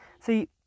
see